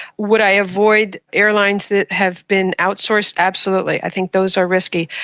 would i avoid airlines that have been outsourced? absolutely, i think those are risky.